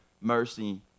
mercy